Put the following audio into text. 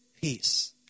peace